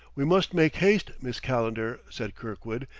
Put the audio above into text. we must make haste, miss calendar, said kirkwood,